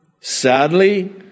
Sadly